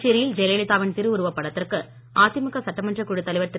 புதுச்சேரியில் ஜெயலலிதாவின் திருவுருவப் படத்திற்கு அதிமுக சட்டமன்ற குழு தலைவர் திரு